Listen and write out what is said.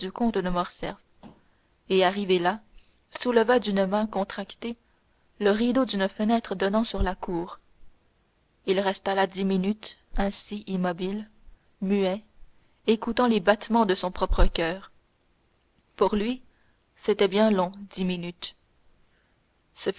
et arrivé là souleva d'une main contractée le rideau d'une fenêtre donnant sur la cour il resta là dix minutes ainsi immobile muet écoutant les battements de son propre coeur pour lui c'était bien long dix minutes